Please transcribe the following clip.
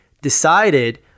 decided